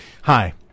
Hi